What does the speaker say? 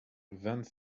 vingt